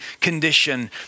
condition